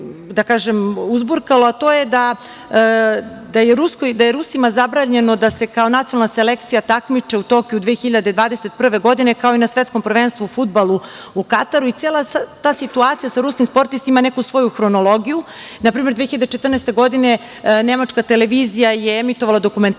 jako uzburkalo, a to je da je Rusima zabranjeno da se kao nacionalna selekcija takmiče u Tokiju 2021. godine, kao i na Svetskom prvenstvu u fudbalu u Kataru. Cela ta situacija sa ruskim sportistima ima neku svoju hronologiju. Na primer, 2014. godine nemačka televizija je emitovala dokumentarac